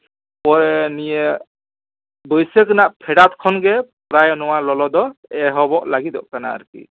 ᱳᱭ ᱱᱤᱭᱟᱹ ᱵᱟᱹᱭᱥᱟᱹᱠᱷ ᱨᱮᱱᱟᱜ ᱯᱷᱮᱰᱟᱛ ᱠᱷᱚᱱ ᱜᱮ ᱯᱨᱟᱭ ᱱᱚᱣᱟ ᱞᱚᱞᱚ ᱫᱚ ᱮᱦᱚᱵᱚᱜ ᱞᱟᱹᱜᱤᱫᱚᱜ ᱠᱟᱱᱟ ᱟᱨᱠᱤ